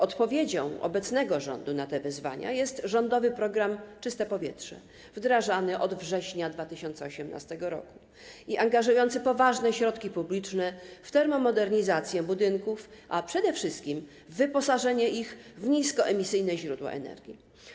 Odpowiedzią obecnego rządu na te wyzwania jest rządowy program „Czyste powietrze”, wdrażany od września 2018 r., angażujący poważne środki publiczne w termomodernizację budynków, a przede wszystkim wyposażenie ich w niskoemisyjne źródła energii.